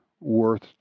worth